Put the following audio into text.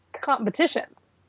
competitions